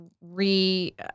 re-